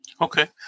Okay